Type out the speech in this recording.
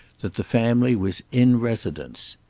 that the family was in residence.